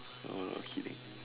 no exceeding